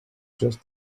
just